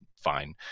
fine